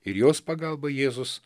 ir jos pagalba jėzus